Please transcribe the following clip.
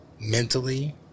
mentally